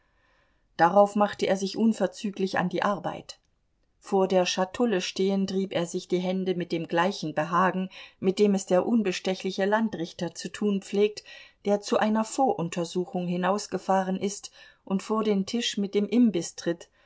darauf machte er sich unverzüglich an die arbeit vor der schatulle stehend rieb er sich die hände mit dem gleichen behagen mit dem es der unbestechliche landrichter zu tun pflegt der zu einer voruntersuchung hinausgefahren ist und vor den tisch mit dem imbiß tritt